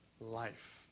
life